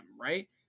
right